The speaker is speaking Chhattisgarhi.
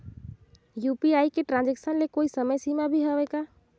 यू.पी.आई के ट्रांजेक्शन ले कोई समय सीमा भी हवे का?